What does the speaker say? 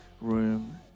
room